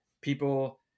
People